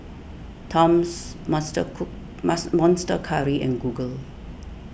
Toms monster cook mas Monster Curry and Google